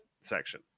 section